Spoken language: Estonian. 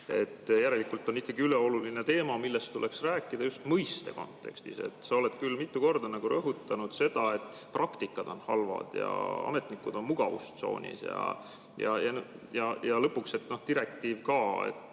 Järelikult on see ikkagi ülioluline teema, millest tuleks rääkida just mõiste kontekstis. Sa oled küll mitu korda rõhutatud seda, et praktika on halb ja ametnikud on mugavustsoonis ja lõpuks, noh, direktiiv ka,